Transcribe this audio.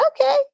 okay